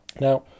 Now